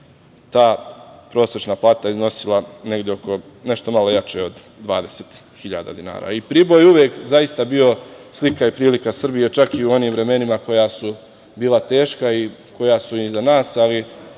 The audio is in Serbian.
ta prosečna plata iznosila negde oko, nešto malo jače od 20.000 dinara. Priboj je uvek zaista bio slika i prilika Srbije, čak i u onim vremenima koja su bila teška i koja su iza nas, ali